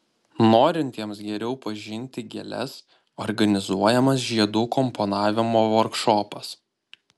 norintiems geriau pažinti gėles organizuojamas žiedų komponavimo vorkšopas